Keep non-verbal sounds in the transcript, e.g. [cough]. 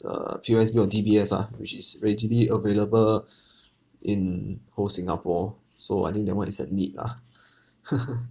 the P_O_S_B or D_B_S ah which is readily available in whole singapore so I think that one is a need lah [laughs]